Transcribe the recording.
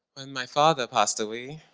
when my father passed away,